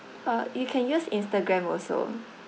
uh you can use instagram also